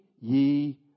ye